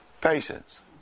Patience